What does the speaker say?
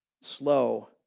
Slow